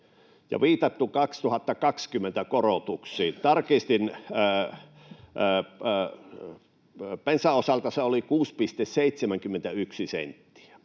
viitattu 2020 korotuksiin. Tarkistin: bensan osalta se oli 6,71 senttiä